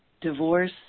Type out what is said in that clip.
divorce